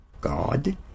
God